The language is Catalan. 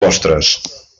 postres